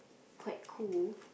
quite cool